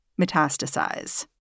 metastasize